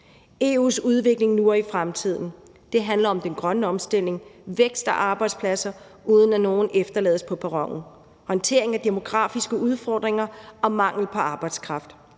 EU's udvikling nu og i fremtiden handler om den grønne omstilling, vækst og arbejdspladser, uden at nogen efterlades på perronen, håndteringen af demografiske udfordringer og mangel på arbejdskraft,